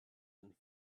and